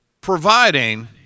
providing